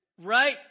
Right